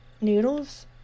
noodles